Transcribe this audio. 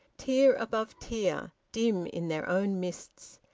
tier above tier, dim in their own mists.